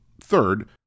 Third